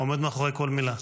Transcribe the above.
עומד מאחורי כל מילה.